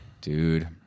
Dude